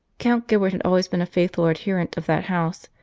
count gilbert had always been a faithful adherent of that house,